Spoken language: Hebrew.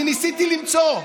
אני ניסיתי למצוא,